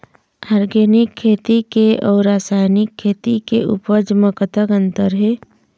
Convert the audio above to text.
Organic खेती के अउ रासायनिक खेती के उपज म कतक अंतर हे?